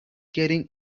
getting